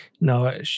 no